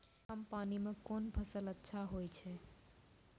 कम पानी म कोन फसल अच्छाहोय छै?